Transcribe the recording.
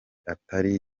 atari